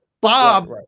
Bob